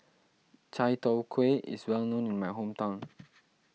Chai Tow Kuay is well known in my hometown